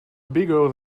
bigger